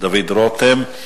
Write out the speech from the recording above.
דוד רותם.